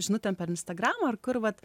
žinutėm per instagram ar kur vat